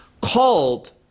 called